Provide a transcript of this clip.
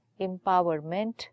empowerment